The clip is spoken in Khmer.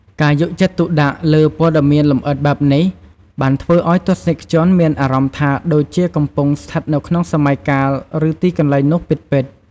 ការយកចិត្តទុកដាក់លើព័ត៌មានលម្អិតបែបនេះបានធ្វើឱ្យ ទស្សនិកជនមានអារម្មណ៍ថាដូចជាកំពុងស្ថិតនៅក្នុងសម័យកាល ឬទីកន្លែងនោះពិតៗ។